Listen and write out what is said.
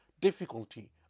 difficulty